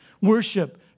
Worship